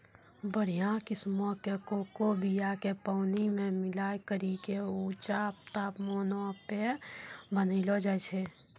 बढ़िया किस्मो के कोको बीया के पानी मे मिलाय करि के ऊंचा तापमानो पे बनैलो जाय छै